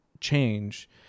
change